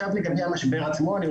לגבי המשבר עצמו.